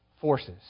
forces